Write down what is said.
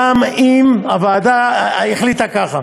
גם אם הוועדה החליטה ככה.